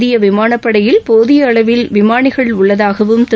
இந்திய விமானப்படையில் போதிய அளவில் விமாளிகள் உள்ளதாகவும் திரு